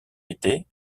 été